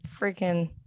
freaking